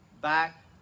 back